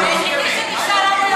מה הם נותנים במסגדים?